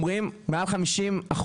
מעל 50%,